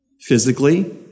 Physically